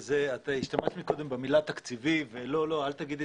את השתמשת קודם במילה תקציבי אבל אל תאמרו